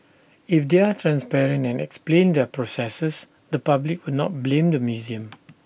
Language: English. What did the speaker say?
if they are transparent and explain their processes the public will not blame the museum